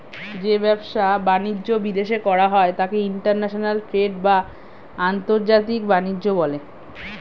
যে ব্যবসা বাণিজ্য বিদেশে করা হয় তাকে ইন্টারন্যাশনাল ট্রেড বা আন্তর্জাতিক বাণিজ্য বলে